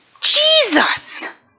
Jesus